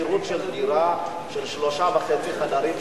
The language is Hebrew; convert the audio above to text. שכירות של דירת 3.5 חדרים,